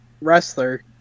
wrestler